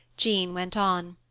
jean went on,